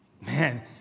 Man